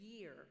year